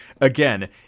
Again